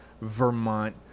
Vermont